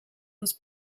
was